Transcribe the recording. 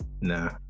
nah